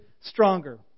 stronger